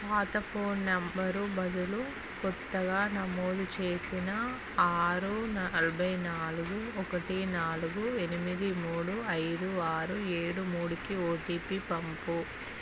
పాత phone number బదులు కొత్తగా నమోదు చేసిన ఆరు నలభై నాలుగు ఒకటి నాలుగు ఎనిమిది మూడు ఐదు ఆరు ఏడు మూడు కి ఓటీపీ పంపు